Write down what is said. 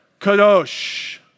kadosh